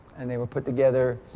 and they were put together,